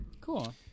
Cool